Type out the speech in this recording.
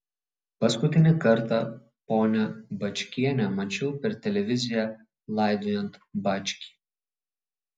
paskutinį kartą ponią bačkienę mačiau per televiziją laidojant bačkį